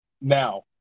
Now